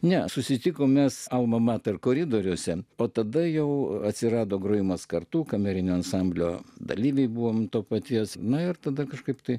ne susitikome sau mama tarp koridoriuose o tada jau atsirado grojimas kartu kamerinio ansamblio dalyviai buvome to paties na ir tada kažkaip tai